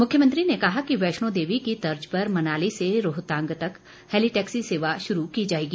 मुख्यमंत्री ने कहा कि वैष्णो देवी की तर्ज पर मनाली से रोहतांग तक हैली टैक्सी सेवा शुरू की जाएगी